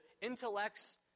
intellects